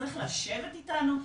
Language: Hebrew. צריך לשבת אתנו,